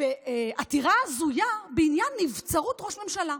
בעתירה הזויה בעניין נבצרות ראש ממשלה.